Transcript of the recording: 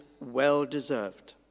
well-deserved